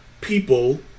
people